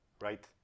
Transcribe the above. right